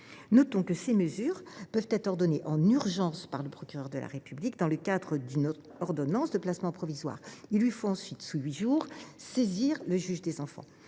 Notons que ces mesures peuvent être ordonnées en urgence par le procureur de la République, dans le cadre d’une ordonnance de placement provisoire. Le procureur doit ensuite saisir, sous huit jours, le juge des enfants